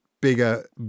bigger